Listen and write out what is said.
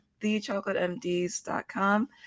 ThechocolateMDs.com